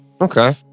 okay